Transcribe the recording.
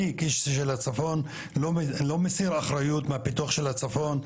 אני כאיש של הצפון לא מסיר אחריות מהפיתוח של הצפון,